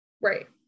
right